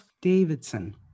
Davidson